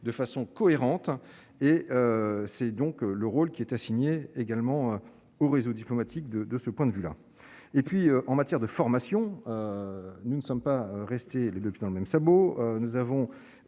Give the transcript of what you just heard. de façon cohérente et c'est donc le rôle qui est assigné également au réseau diplomatique de de ce point de vue-là et puis en matière de formation, nous ne sommes pas rester les 2 pieds dans le même sabot, nous avons